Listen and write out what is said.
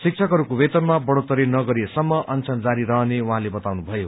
शिक्षकहरूको वेतनमा बढ़ोत्तरी नगरिएसम्म अनशन जारी रहने उहाँले बताउनुभयो